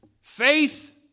Faith